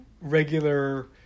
regular